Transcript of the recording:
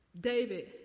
David